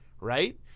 Right